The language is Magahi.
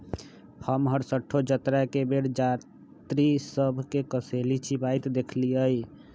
हम हरसठ्ठो जतरा के बेर जात्रि सभ के कसेली चिबाइत देखइलइ